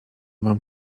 mam